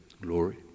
glory